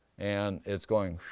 and it's going, shhh,